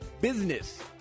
Business